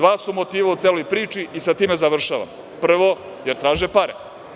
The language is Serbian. Dva su motiva u celoj priči i sa time završavam, prvo, jer traže pare.